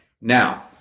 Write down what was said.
Now